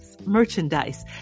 merchandise